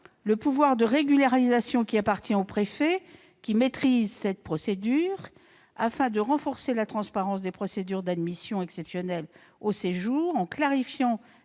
le pouvoir de régularisation appartient au préfet, qui maîtrise cette procédure. Afin de renforcer la transparence des procédures d'admission exceptionnelle au séjour en clarifiant